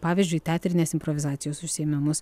pavyzdžiui teatrinės improvizacijos užsiėmimus